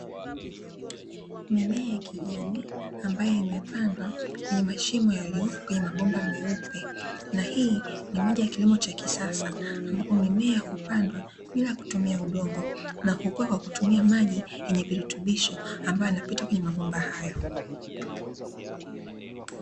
Mimea ya kijani ambayo imepandwa kwenye mashimo yaliyopo kwenye mabomba meupe, na hii ni moja ya kilimo cha kisasa ambapo mimea hupandwa bila kutumia udongo, na hukua kwa kutumia maji yenye virutubisho ambayo yanapita kwenye mabomba hayo.